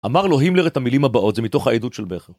אמר לו, הימלר את המילים הבאות, זה מתוך העדות של בכר.